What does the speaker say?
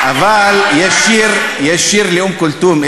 אבל יש שיר לאום כולתום,